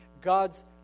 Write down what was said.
God's